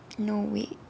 no wait